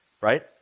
right